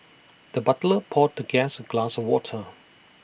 the butler poured the guest A glass of water